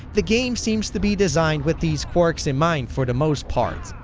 the game seems to be designed with these quirks in mind for the most part.